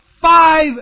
five